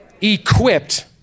equipped